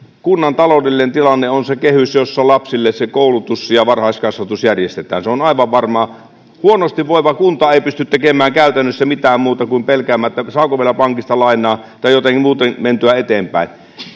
kunnan taloudellinen tilanne on se kehys jossa lapsille se koulutus ja varhaiskasvatus järjestetään se on aivan varmaa että huonosti voiva kunta ei pysty tekemään käytännössä mitään muuta kuin pelkäämään saako vielä pankista lainaa tai jotenkin muuten mentyä eteenpäin